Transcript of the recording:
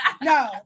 No